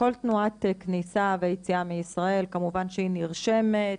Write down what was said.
כל תנועת כניסה ויציאה מישראל כמובן שהיא נרשמת,